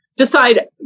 decide